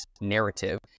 narrative